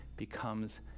becomes